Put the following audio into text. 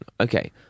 Okay